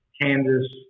Kansas